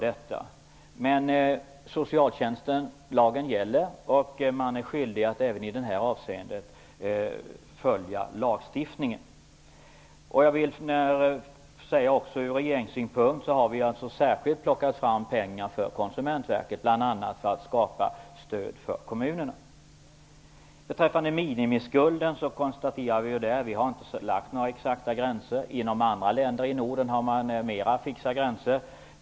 Det är socialtjänstlagen som gäller, och man är skyldig att även i detta avseende följa lagstiftningen. Regeringen har särskilt plockat fram pengar för Konsumentverket bl.a. för att ge stöd åt kommunerna. När det gäller minimiskuld har vi inte fastställt några exakta gränser. Inom andra länder i Norden har man mera av fixerade gränser.